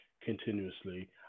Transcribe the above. continuously